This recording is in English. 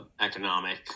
economic